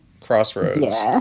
crossroads